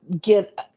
get